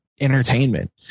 entertainment